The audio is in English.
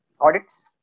Audits